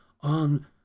on